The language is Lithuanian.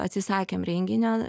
atsisakėm renginio